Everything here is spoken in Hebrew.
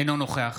אינו נוכח